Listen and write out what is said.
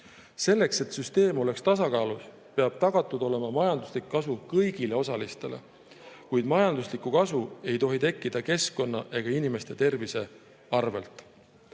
Selleks et süsteem oleks tasakaalus, peab olema tagatud majanduslik kasu kõigile osalistele. Kuid majanduslikku kasu ei tohi tekkida keskkonna ega inimeste tervise